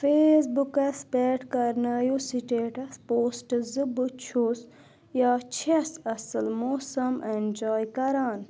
face بُکَس پٮ۪ٹھ کَرنٲیِو سٹیٹس پوسٹ زِ بہٕ چھُس یا چھَس اصل موسم اینجاے کران